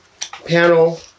panel